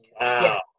Wow